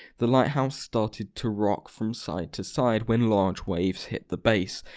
the lighthouse started to rock from side-to-side when large waves hit the base.